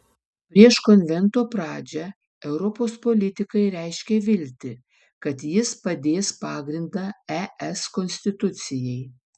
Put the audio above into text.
prieš konvento pradžią europos politikai reiškė viltį kad jis padės pagrindą es konstitucijai